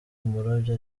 umurobyi